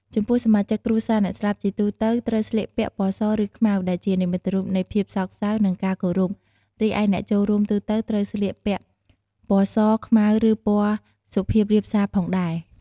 ចំំពោះសមាជិកគ្រួសារអ្នកស្លាប់ជាទូទៅត្រូវស្លៀកពាក់ ពណ៌ស ឬខ្មៅ ដែលជានិមិត្តរូបនៃភាពសោកសៅ និងការគោរព រីឯអ្នកចូលរួមទូទៅត្រូវតែស្លៀកពាក់ពណ៌សខ្មៅឬពណ៌សុភាពរាបសាផងដែរ។